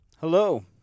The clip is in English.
Hello